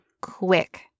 quick